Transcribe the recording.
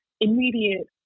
immediate